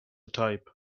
type